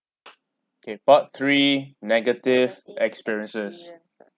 okay part three negative experiences